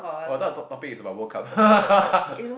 oh I thought top~ topic is about World Cup